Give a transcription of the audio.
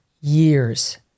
years